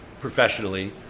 professionally